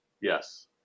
Yes